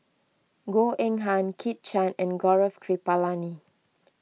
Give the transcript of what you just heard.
Goh Eng Han Kit Chan and Gaurav Kripalani